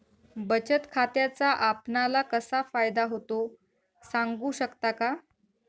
बचत खात्याचा आपणाला कसा फायदा होतो? सांगू शकता का?